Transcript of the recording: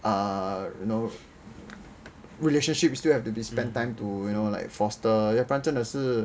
err you know relationship still have to be spend time to you know like foster 要不然真的是